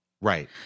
Right